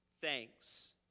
Thanks